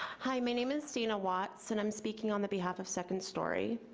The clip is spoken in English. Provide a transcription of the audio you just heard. hi, my name is dana watts, and i'm speaking on the behalf of second story.